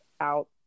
out